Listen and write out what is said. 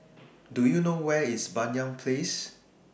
Do YOU know Where IS Banyan Place